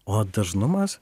o dažnumas